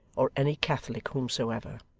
or any catholic whomsoever.